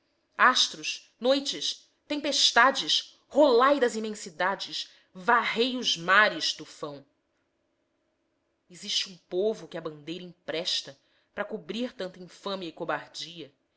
astros noites tempestades rolai das imensidades varrei os mares tufão existe um povo que a bandeira empresta p'ra cobrir tanta infâmia e cobardia